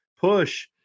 push